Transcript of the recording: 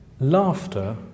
Laughter